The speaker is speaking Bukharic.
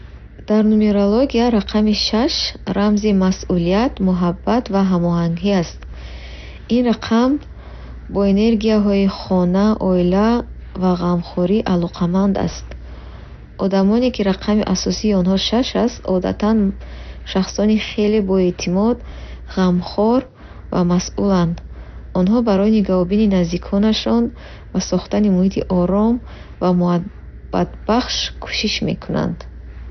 Дар нумерология рақами шаш рамзи масъулият, муҳаббат ва ҳамоҳангӣ аст. Ин рақам бо энергияҳои хона, оила ва ғамхорӣ алоқаманд аст. Одамоне, ки рақами асосии онҳо шаш аст, одатан шахсони хеле боэътимод, ғамхор ва масъуланд. Онҳо барои нигоҳубини наздиконашон ва сохтани муҳити ором ва муҳаббатбахш кӯшиш мекунанд.